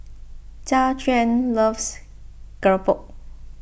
Jajuan loves Keropok